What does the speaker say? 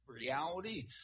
reality